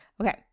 Okay